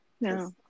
No